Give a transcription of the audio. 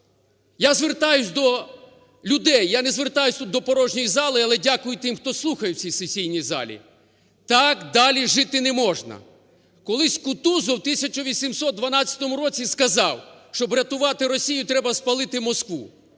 Я звертаюсь до людей, я не звертаюсь тут до порожньої зали, але дякую тим, хто слухає в цій сесійній залі. Так далі жити не можна! Колись Кутузов в 1812 році сказав: "Щоб врятувати Росію, треба спалити Москву".